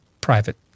private